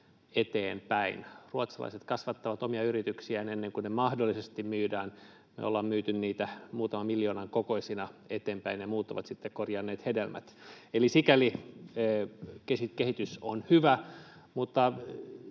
eteenpäin. Ruotsalaiset kasvattavat omia yrityksiään ennen kuin ne mahdollisesti myydään — me ollaan myyty niitä muutaman miljoonan kokoisina eteenpäin, ja muut ovat sitten korjanneet hedelmät. Eli sikäli kehitys on hyvä, mutta